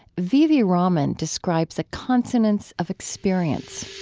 v v. raman describes a consonance of experience